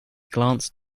glanced